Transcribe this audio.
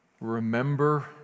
Remember